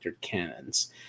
cannons